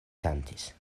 kantis